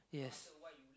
yes